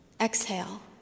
Exhale